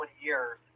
years